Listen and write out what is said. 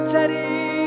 Teddy